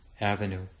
avenue